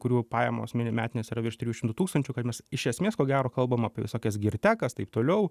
kurių pajamos mini metinės yra virš trijų šimtų tūkstančių kad mes iš esmės ko gero kalbam apie visokias girtekas taip toliau